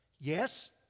yes